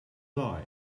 lie